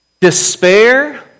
despair